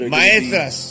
maestras